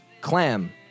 Clam